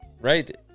right